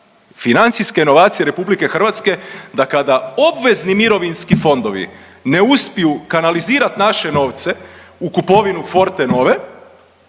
financijska inovacija RH da kada obvezni mirovinski fondovi ne uspiju kanalizirat naše novce u kupovinu Fortenove